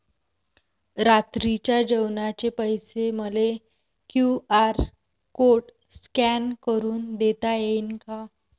रात्रीच्या जेवणाचे पैसे मले क्यू.आर कोड स्कॅन करून देता येईन का?